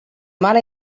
mala